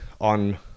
on